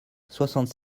soixante